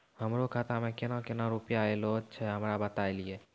हमरो खाता मे केना केना रुपैया ऐलो छै? हमरा बताय लियै?